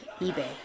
eBay